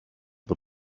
the